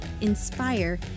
inspire